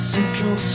Central